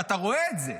ואתה רואה את זה.